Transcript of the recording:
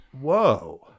whoa